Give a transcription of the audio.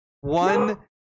One